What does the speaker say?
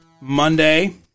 Monday